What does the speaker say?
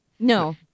No